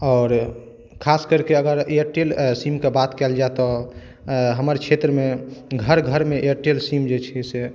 आओर खास करके अगर एयरटेल सीम के बात कयल जाय तऽ हमर क्षेत्र मे घर घर मे एयरटेल सीम जे छै से